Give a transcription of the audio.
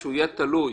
ושהוא יהיה תלוי,